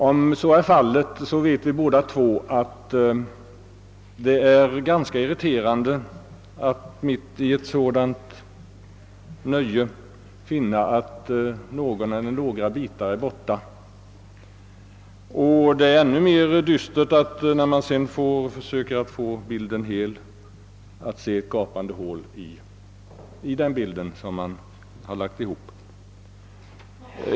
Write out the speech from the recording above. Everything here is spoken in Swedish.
Om så är fallet, vet vi båda två att det är ganska irriterande att mitt i ett sådant nöje finna att någon eller några bitar är borta. Det är ännu mera dystert att, när man sedan försöker få bilden hel, se ett gapande hål i den bild som man lagt ihop.